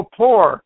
poor